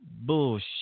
Bullshit